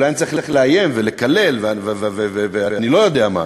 אולי אני צריך לאיים ולקלל ואני לא יודע מה.